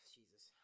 Jesus